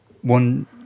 one